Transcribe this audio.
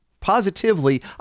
positively